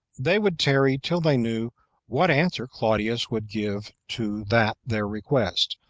they would tarry till they knew what answer claudius would give to that their request.